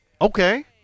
Okay